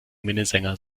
minnesänger